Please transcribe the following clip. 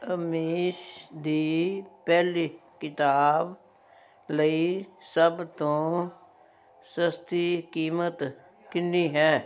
ਅਮੀਸ਼ ਦੀ ਪਹਿਲੀ ਕਿਤਾਬ ਲਈ ਸਭ ਤੋਂ ਸਸਤੀ ਕੀਮਤ ਕਿੰਨੀ ਹੈ